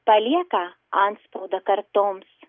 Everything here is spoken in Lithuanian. palieka antspaudą kartoms